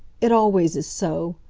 it always is so.